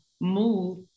move